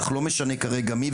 לא משנה כרגע מי,